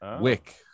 Wick